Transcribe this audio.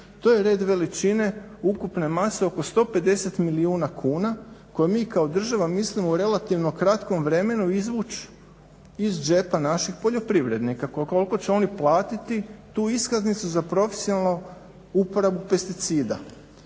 to je red veličine ukupne mase oko 150 milijuna kuna koje mi kao država mislimo u relativno kratkom vremenu izvuć iz džepa naših poljoprivrednika, koliko će oni platiti tu iskaznicu, za profesionalnu uporabu pesticida